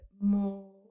more